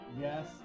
Yes